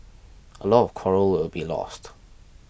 a lot of coral will be lost